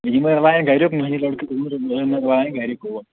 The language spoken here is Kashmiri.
یہِ مےٚ لایق گرٕیُک مےٚ لاین گرٕکۍ اور